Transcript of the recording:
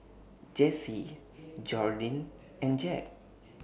Jessee Jordyn and Jack